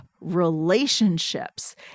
relationships